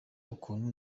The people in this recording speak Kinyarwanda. ukuntu